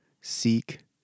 seek